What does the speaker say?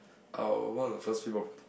oh one of the first few property